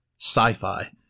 sci-fi